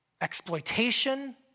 exploitation